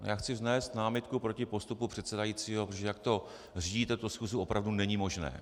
Já chci vznést námitku proti postupu předsedajícího, protože jak řídíte tu schůzi, opravdu není možné.